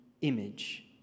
image